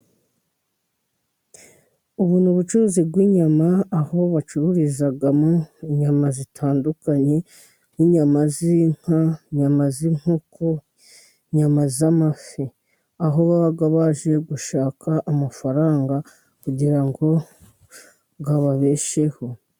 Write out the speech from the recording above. Ubu ni ubucuruzi bw'inyama aho bacururizamo inyama zitandukanye nk'inyama z'inka, inyama z'inkoko, inyama z'amafi, aho baba baje gushaka amafaranga kugirango ababesheho.